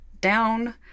down